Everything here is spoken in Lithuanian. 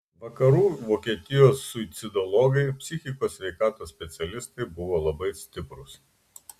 vakarų vokietijos suicidologai psichikos sveikatos specialistai buvo labai stiprūs